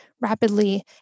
rapidly